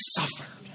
suffered